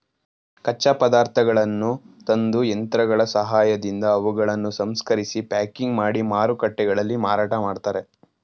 ಕಚ್ಚಾ ಪದಾರ್ಥಗಳನ್ನು ತಂದು, ಯಂತ್ರಗಳ ಸಹಾಯದಿಂದ ಅವುಗಳನ್ನು ಸಂಸ್ಕರಿಸಿ ಪ್ಯಾಕಿಂಗ್ ಮಾಡಿ ಮಾರುಕಟ್ಟೆಗಳಲ್ಲಿ ಮಾರಾಟ ಮಾಡ್ತರೆ